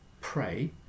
pray